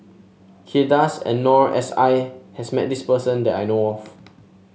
Kay Das and Noor S I has met this person that I know of